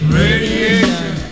radiation